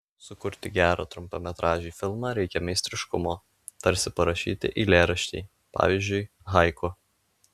sukurti gerą trumpametražį filmą reikia meistriškumo tarsi parašyti eilėraštį pavyzdžiui haiku